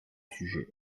sujet